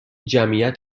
جمعیت